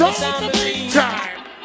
Time